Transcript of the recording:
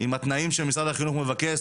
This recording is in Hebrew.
עם התנאים שמשרד החינוך מבקש,